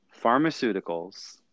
pharmaceuticals